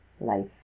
life